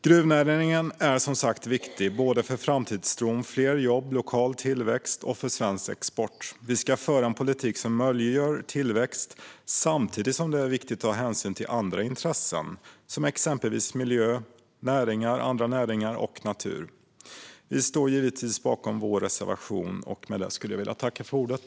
Gruvnäringen är som sagt viktig för såväl framtidstro som fler jobb, lokal tillväxt och svensk export. Vi ska föra en politik som möjliggör tillväxt. Det är samtidigt viktigt att ta hänsyn till andra intressen, exempelvis miljö, andra näringar och natur. Vi står givetvis bakom vår reservation nr 1.